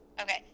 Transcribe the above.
okay